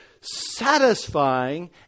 satisfying